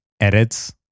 edits